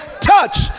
touch